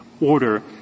order